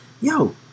yo